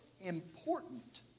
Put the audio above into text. important